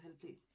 please